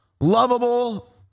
lovable